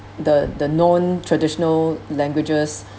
the the known traditional languages